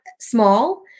small